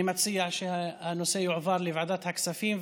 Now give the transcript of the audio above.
אני מציע שהנושא יועבר לוועדת הכספים,